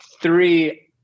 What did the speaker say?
three